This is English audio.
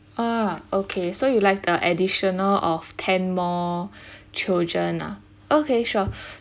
ah okay so you like uh additional of ten more children ah okay sure